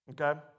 okay